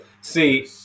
See